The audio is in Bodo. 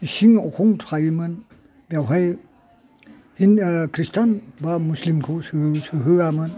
इसिं अखं थायोमोन बेवहाय खृष्टान मुस्लिमखौ सोहोआमोन